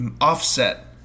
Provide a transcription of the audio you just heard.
Offset